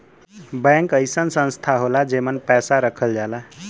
bank अइसन संस्था होला जेमन पैसा रखल जाला